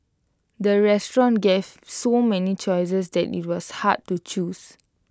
the restaurant gave so many choices that IT was hard to choose